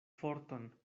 forton